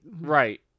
Right